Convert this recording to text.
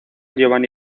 giovanni